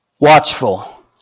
watchful